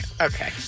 Okay